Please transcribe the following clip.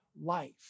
life